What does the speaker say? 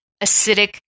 acidic